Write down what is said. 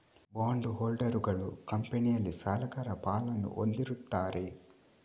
bond ಹೋಲ್ಡರುಗಳು ಕಂಪನಿಯಲ್ಲಿ ಸಾಲಗಾರ ಪಾಲನ್ನು ಹೊಂದಿರುತ್ತಾರೆ